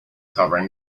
covering